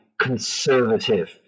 conservative